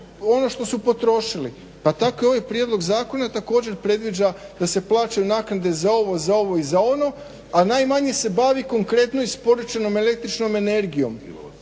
ono što su potrošili. Pa tako ovaj prijedlog zakona također predviđa da se plaćaju naknade za ovo, za ono i za ono a najmanje se bavi konkretno isporučenom el.energijom.